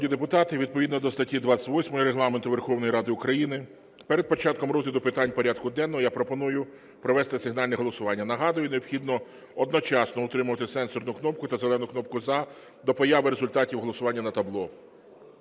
народні депутати, відповідно до статті 28 Регламенту Верховної Ради України перед початком розгляду питань порядку денного я пропоную провести сигнальне голосування. Нагадую, необхідно одночасно утримувати сенсорну кнопку та зелену кнопку "За" до появи результатів голосування на табло.